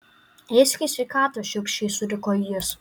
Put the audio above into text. ėsk į sveikatą šiurkščiai suriko jis